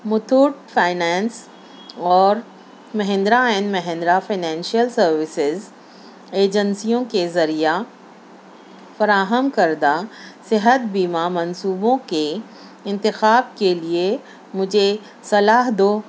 Muthoot finance اور Mahindra and Mahindra financial services ایجنسیوں کے ذریعہ فراہم کردہ صحت بیمہ منصوبوں کے انتخاب کے لیے مجھے صلاح دو